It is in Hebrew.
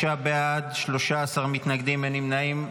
26 בעד, 13 מתנגדים, אין נמנעים.